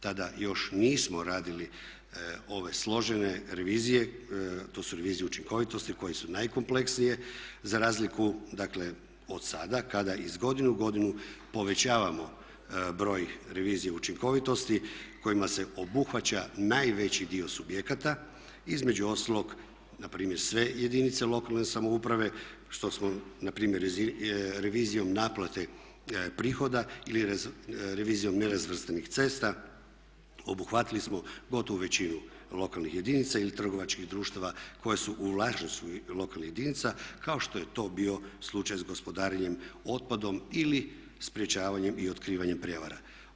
Tada još nismo radili ove složene revizije, to su revizije učinkovitosti koje su najkompleksnije za razliku dakle od sada kada iz godine u godinu povećavamo broj revizija učinkovitosti kojima se obuhvaća najveći dio subjekata, između ostalog npr. sve jedinice lokalne samouprave što smo npr. revizijom naplate prihode ili revizijom nerazvrstanih cesta obuhvatili gotovo većinu lokalnih jedinica i trgovačkih društava koja su u vlasništvu lokalnih jedinica kao što je to bio slučaj s gospodarenjem otpadom ili sprječavanjem i otkrivanjem prijevara.